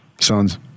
Sons